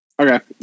okay